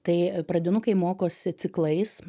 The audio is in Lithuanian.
tai pradinukai mokosi ciklais